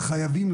וחייבים,